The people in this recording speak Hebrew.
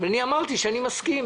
אני אמרתי שאני מסכים